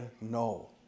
no